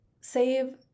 Save